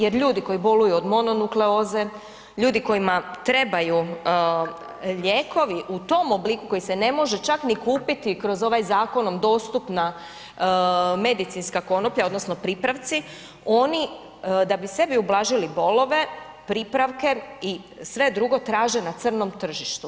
Jer ljudi koji boluju od mononukleoze, ljudi kojima trebaju lijekovi u tom obliku koji se ne može čak ni kupiti kroz ovaj zakonom dostupna medicinska konoplja odnosno pripravci oni da bi sebi ublažili bolove pripravke i sve drugo traže na crnom tržištu.